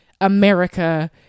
america